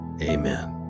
Amen